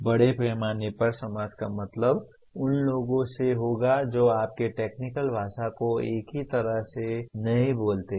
बड़े पैमाने पर समाज का मतलब उन लोगों से होगा जो आपकी टेक्निकल भाषा को एक ही तरह से नहीं बोलते हैं